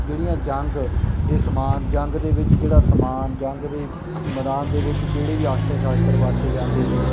ਜਿਹੜੀਆਂ ਜੰਗ ਦੇ ਸਮਾਨ ਜੰਗ ਦੇ ਵਿੱਚ ਜਿਹੜਾ ਸਮਾਨ ਜੰਗ ਦੇ ਮੈਦਾਨ ਦੇ ਵਿੱਚ ਜਿਹੜੇ ਵੀ ਆਸਤਰ ਸ਼ਾਸਤਰ ਵਰਤੇ ਜਾਂਦੇ ਸੀ